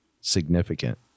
significant